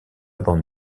bande